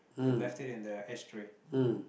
they left it in the ash tray